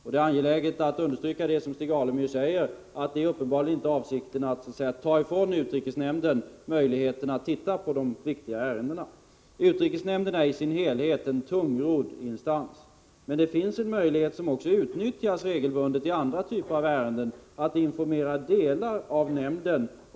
Det är angeläget att understryka det som Stig Alemyr säger, nämligen rielexport att det uppenbarligen inte är avsikten att ta ifrån utrikesnämnden möjligheten att studera viktiga ärenden. Men utrikesnämnden är i sin helhet en tungrodd instans. Det finns en möjlighet som också utnyttjas regelbundet vid olika typer av ärenden, nämligen att informera delar av nämnden.